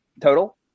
total